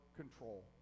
control